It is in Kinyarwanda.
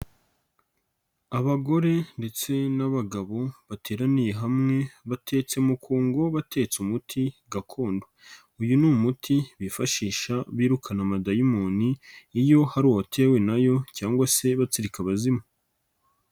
Abagore ndetse n'abagabo bateraniye hamwe, batetse mu kungo, batetse umuti gakondo. Uyu ni umuti bifashisha birukana amadayimoni iyo hari uwatewe na yo cyangwa se batsirika abazimu.